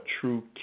true